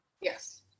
Yes